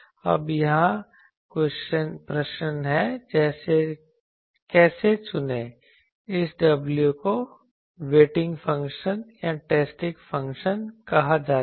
अब यहाँ प्रश्न है कैसे चुनें इस w को वेटिंग फंक्शन या टेस्टिंग फंक्शन कहा जाता है